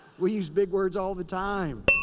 we use big words all the time.